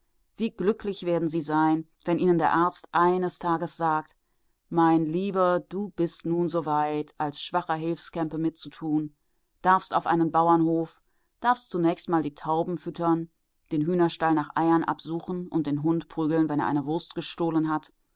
wie glücklich werden sie sein wenn ihnen der arzt eines tages sagt mein lieber du bist nun so weit als schwacher hilfskämpe mitzutun darfst auf einen bauernhof darfst zunächst mal die tauben füttern den hühnerstall nach eiern absuchen und den hund prügeln wenn er eine wurst gestohlen hat